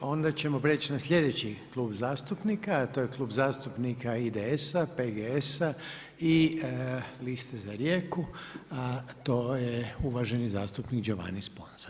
Onda ćemo prijeći na sljedeći klub zastupnika, a to je Klub zastupnika IDS-a, PGS-a i Liste za Rijeku a to je uvaženi zastupnik Giovanni Sponza.